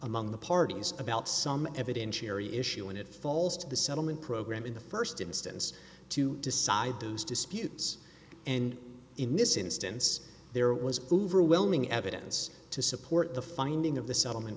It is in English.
among the parties about some evidentiary issue and it falls to the settlement program in the first instance to decide those disputes and in this instance there was overwhelming evidence to support the finding of the settlement